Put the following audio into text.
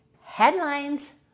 Headlines